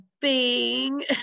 Bing